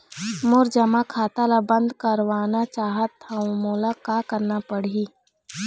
मोर जमा खाता ला बंद करवाना चाहत हव मोला का करना पड़ही?